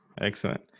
excellent